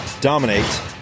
dominate